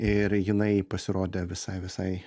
ir jinai pasirodė visai visai